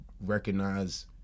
recognize